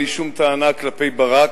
אני, אין לי שום טענה כלפי ברק.